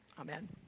Amen